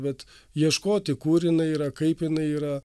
bet ieškoti kur jiani yra kaip jinai yra